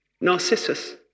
Narcissus